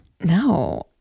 No